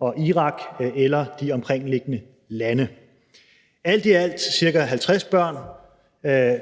og Irak eller i de omkringliggende lande. Alt i alt af de ca. 50 børn